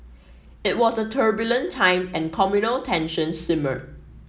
it was a turbulent time and communal tensions simmered